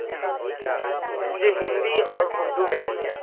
جی مجھے ہندی اور اردو میں چاہیے